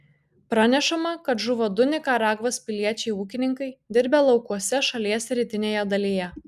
pranešama kad žuvo du nikaragvos piliečiai ūkininkai dirbę laukuose šalies rytinėje dalyje